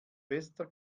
bester